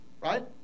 Right